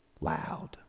loud